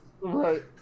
Right